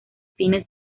fines